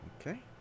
okay